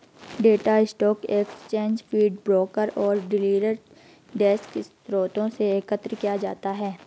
data stock exchange feed, broker और dealer desk स्रोतों से एकत्र किया जाता है